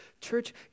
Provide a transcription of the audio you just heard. Church